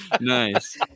Nice